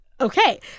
Okay